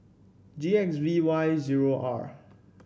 G X V Y zero R